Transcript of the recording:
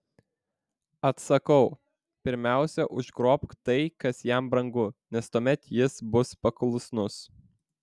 atsakau pirmiausia užgrobk tai kas jam brangu nes tuomet jis bus paklusnus